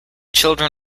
children